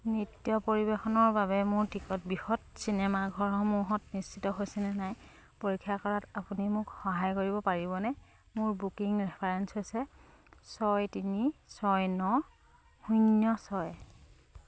নৃত্য পৰিৱেশনৰ বাবে মোৰ টিকট বৃহৎ চিনেমাঘৰসমূহত নিশ্চিত হৈছেনে নাই পৰীক্ষা কৰাত আপুনি মোক সহায় কৰিব পাৰিবনে মোৰ বুকিং ৰেফাৰেন্স হৈছে ছয় তিনি ছয় ন শূন্য ছয়